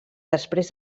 després